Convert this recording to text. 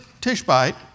Tishbite